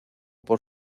por